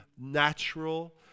natural